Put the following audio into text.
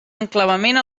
enclavament